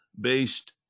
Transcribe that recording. based